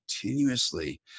continuously